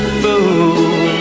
fool